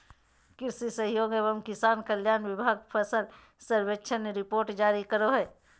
कृषि सहयोग एवं किसान कल्याण विभाग फसल सर्वेक्षण रिपोर्ट जारी करो हय